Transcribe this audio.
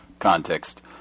context